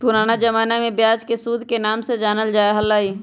पुराना जमाना में ब्याज के सूद के नाम से जानल जा हलय